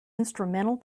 instrumental